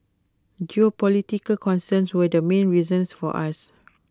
geopolitical concerns were the main reasons for us